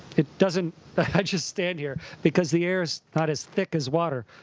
it doesn't i just stand here because the air's not as thick as water,